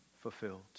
fulfilled